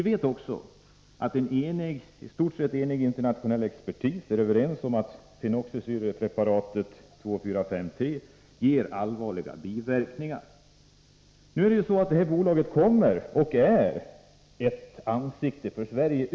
Vi vet också att en i stort sett enig internationell expertis anser att fenoxisyrepreparatet 2,4,5-T ger allvarliga biverkningar. Det här bolaget är och kommer att vara ett ansikte utåt för Sverige.